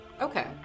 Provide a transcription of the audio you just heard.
Okay